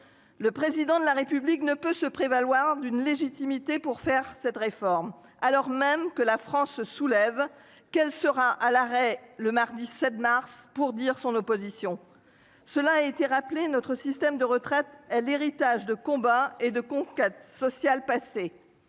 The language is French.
Le président de la République ne peut se prévaloir d'une légitimité pour faire cette réforme, alors même que la France se soulève, quel sera à l'arrêt, le mardi 7 mars pour dire son opposition. Cela a été rappelé notre système de retraite, elle l'héritage de combat et de conquêtes sociales passées.